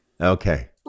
Okay